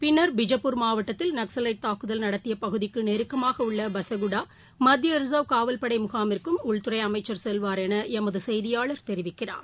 பிள்ளர் பிஜப்பூர் மாவட்டத்தில் நக்சலைட் தாக்குதல் நடத்தியபகுதிக்குநெருக்கமாகஉள்ளபசகுடா மத்தியரிசர்வ் காவல் படைமுகாமிற்கும் உள்தறைஅமைச்சர் செல்வார் எனஎமதுசெய்தியாளர் தெரிவிக்கிறார்